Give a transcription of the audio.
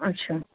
ଆଚ୍ଛା